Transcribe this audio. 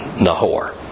Nahor